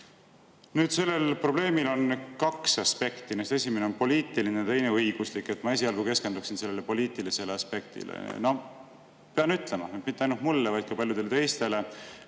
Sellel probleemil on kaks aspekti, millest esimene on poliitiline, teine õiguslik. Ma esialgu keskenduksin poliitilisele aspektile. Pean ütlema, et mitte ainult mulle, vaid ka paljudele teistele